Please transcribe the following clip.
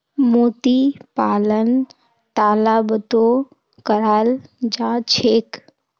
मोती पालन तालाबतो कराल जा छेक